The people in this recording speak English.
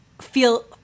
feel